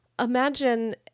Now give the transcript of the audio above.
Imagine